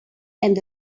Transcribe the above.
and